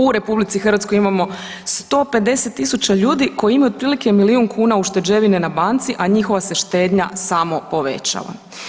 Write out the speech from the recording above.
U RH imamo 150.000 ljudi koji imaju otprilike milijun kuna ušteđevine na banci, a njihova se štednja samo povećava.